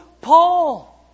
Paul